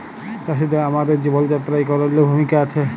চাষীদের আমাদের জীবল যাত্রায় ইক অলল্য ভূমিকা আছে